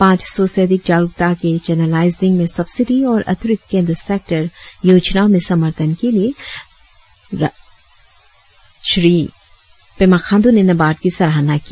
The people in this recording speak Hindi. पाच सौ से अधिक जागरुकता के चैनलाइजिंग में सब्सिडी और अतिरिक्त केंद्र सेक्टर योजनाओ में समर्थन के लिए प्रधानमंत्री ने नाबार्ड की सराहना की